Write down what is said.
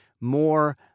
more